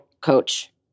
coach